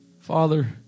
Father